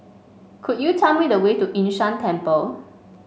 could you tell me the way to Yun Shan Temple